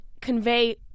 convey